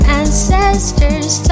ancestors